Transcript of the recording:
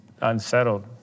unsettled